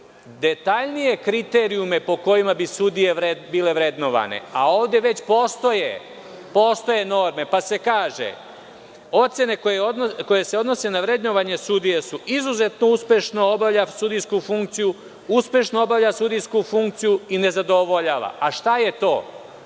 detaljnije kriterijume po kojima bi sudije bile vrednovane. Ovde već postoje norme, pa se kaže: „Ocene koje se odnose na vrednovanje sudija su: izuzetno uspešno obavlja sudijsku funkciju, uspešno obavlja sudijsku funkciju i nezadovoljava“. A šta je